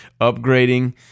upgrading